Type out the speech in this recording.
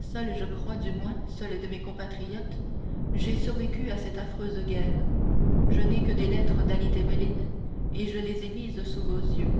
seul je crois du moins seul de mes compatriotes j'ai survécu à cette affreuse guerre je n'ai que des lettres dali tebelin et je les ai mises sous vos yeux